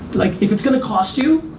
like it it's gonna cost you,